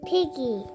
Piggy